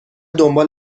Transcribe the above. دنبال